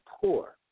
poor